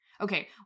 okay